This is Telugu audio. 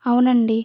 అవునండి